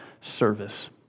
service